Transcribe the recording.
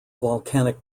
volcanic